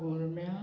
वागुरम्या